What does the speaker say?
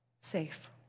safe